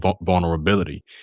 vulnerability